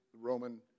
Roman